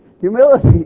Humility